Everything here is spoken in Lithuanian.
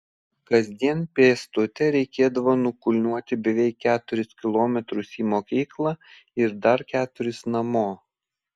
kasdien pėstute reikėdavo nukulniuoti beveik keturis kilometrus į mokyklą ir dar keturis namo